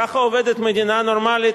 ככה עובדת מדינה נורמלית?